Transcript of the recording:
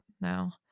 now